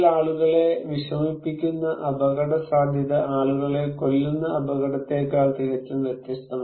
ആളുകളെ വിഷമിപ്പിക്കുന്ന അപകടസാധ്യത ആളുകളെ കൊല്ലുന്ന അപകടത്തേക്കാൾ തികച്ചും വ്യത്യസ്തമാണ്